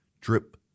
Drip